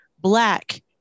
Black